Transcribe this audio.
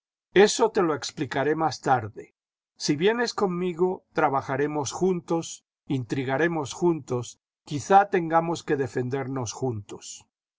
eso te lo explicaré más tarde si vienes conmigo trabajaremos juntos intrigaremos juntos quizá tengamos que defendernos juntos